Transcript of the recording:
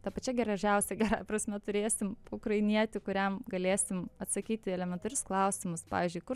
ta pačia gražiausia prasme turėsim ukrainietį kuriam galėsim atsakyti į elementarius klausimus pavyzdžiui kur